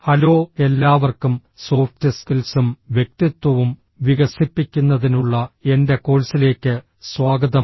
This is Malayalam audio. ഹലോ എല്ലാവർക്കും സോഫ്റ്റ് സ്കിൽസും വ്യക്തിത്വവും വികസിപ്പിക്കുന്നതിനുള്ള എന്റെ കോഴ്സിലേക്ക് സ്വാഗതം